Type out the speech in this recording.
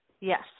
yes